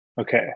Okay